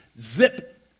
zip